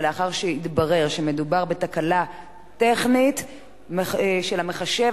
ולאחר שהתברר שמדובר בתקלה טכנית של המחשב,